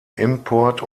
import